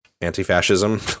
anti-fascism